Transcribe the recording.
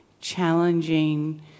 challenging